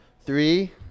Three